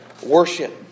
Worship